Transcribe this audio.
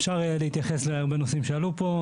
אפשר להתייחס להרבה נושאים שעלו פה,